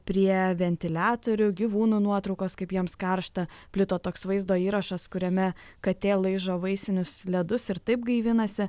prie ventiliatorių gyvūnų nuotraukos kaip jiems karšta plito toks vaizdo įrašas kuriame katė laižo vaisinius ledus ir taip gaivinasi